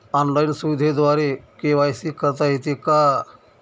Online सुविधेद्वारे KYC करता येते का?